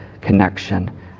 connection